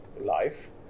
life